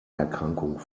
erkrankung